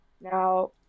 Now